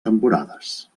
temporades